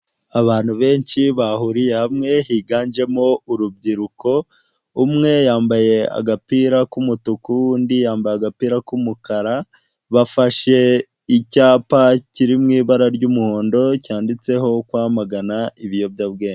Abantu benshi bahuriye hamwe higanjemo urubyiruko, umwe yambaye agapira k'umutuku undi yambaye agapira k'umukara bafashe icyapa kiri mu ibara ry'umuhondo cyanditseho kwamagana ibiyobyabwenge.